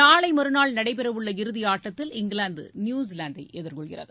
நாளை மறுநாள் நடைபெறவுள்ள இறுதி ஆட்டத்தில் இங்கிலாந்து நியுசிலாந்தை எதிர்கொள்கிறது